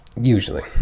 Usually